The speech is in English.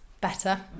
better